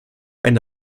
eine